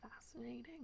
fascinating